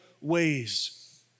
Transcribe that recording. ways